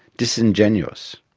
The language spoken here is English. disingenuous.